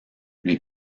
lui